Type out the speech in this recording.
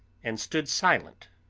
and stood silent,